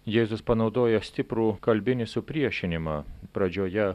jėzus panaudojo stiprų kalbinį supriešinimą pradžioje